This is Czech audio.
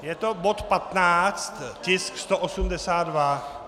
Je to bod 15 tisk 182.